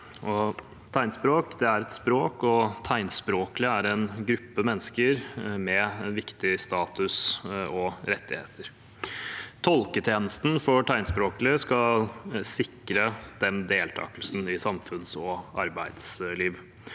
Tegnspråk er et språk, og tegnspråklige er en gruppe mennesker med en viktig status og viktige rettigheter. Tolketjenesten for tegnspråklige skal sikre dem deltakelse i samfunns- og arbeidsliv.